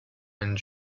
and